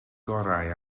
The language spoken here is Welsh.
gorau